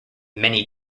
many